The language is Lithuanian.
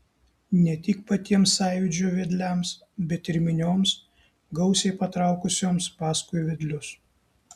ne tik patiems sąjūdžio vedliams bet ir minioms gausiai patraukusioms paskui vedlius